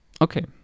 Okay